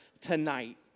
tonight